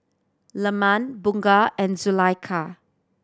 Leman Bunga and Zulaikha